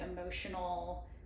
emotional